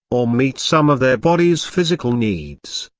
or meet some of their bodies' physical needs,